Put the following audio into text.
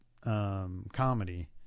comedy